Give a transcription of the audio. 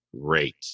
Great